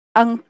ang